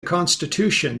constitution